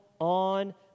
on